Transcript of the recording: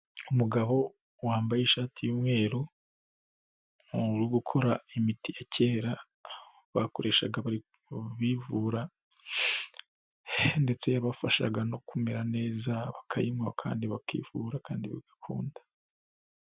Umugabo wambaye ishati y'umweru, uri gukora imiti ya kera bakoreshaga bivura ndetse yabafashaga no kumera neza bakayinywa kandi bakivura kandi bagakunda.